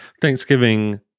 Thanksgiving